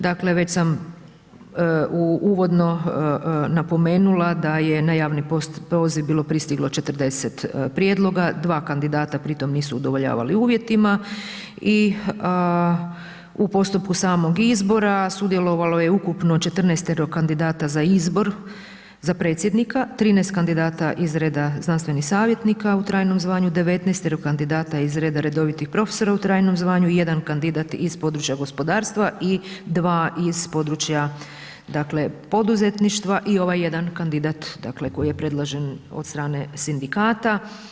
Dakle već sam u uvodno napomenula da je na javni poziv bilo pristiglo 40 prijedloga, 2 kandidata pri tome nisu udovoljavali uvjetima i u postupku samog izbora sudjelovalo je ukupno 14.-tero kandidata za izbor za predsjednika, 13 kandidata iz reda znanstvenih savjetnika u trajnom zvanju, 19.-tero kandidata iz reda redovitih profesora u trajnom zvanju i 1 kandidat iz područja gospodarstva i 2 iz područja dakle poduzetništva i ovaj 1 kandidat dakle koji je predložen od strane sindikata.